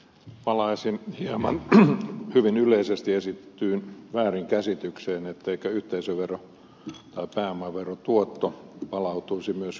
palaisin hieman hyvin yleisesti esitettyyn väärinkäsitykseen ettei yhteisövero tai pääomaverotuotto palautuisi myös kunnille